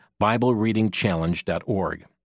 BibleReadingChallenge.org